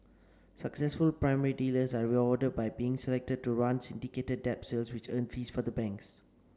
successful primary dealers are reward by being selected to run syndicated debt sales which earn fees for the banks